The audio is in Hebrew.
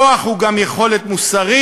כוח הוא גם יכולת מוסרית,